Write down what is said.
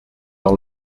dans